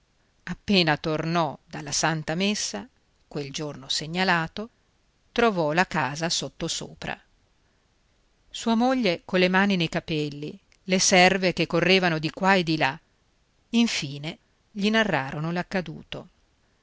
appena tornò dalla santa messa quel giorno segnalato trovò la casa sottosopra sua moglie colle mani nei capelli le serve che correvano di qua e di là infine gli narrarono l'accaduto